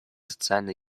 социально